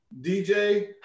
dj